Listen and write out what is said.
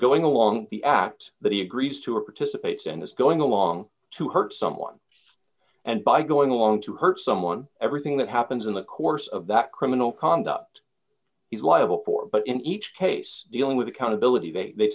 going along the act that he agrees to or participates and is going along to hurt someone and by going along to hurt someone everything that happens in the course of that criminal conduct he's liable for but in each case dealing with accountability